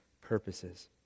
purposes